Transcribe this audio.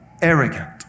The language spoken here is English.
arrogant